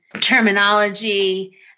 terminology